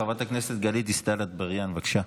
חברת הכנסת גלית דיסטל אטבריאן, בבקשה.